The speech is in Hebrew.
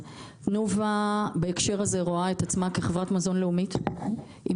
תנובה בהקשר הזה רואה את עצמה כחברת מזון לאומית עם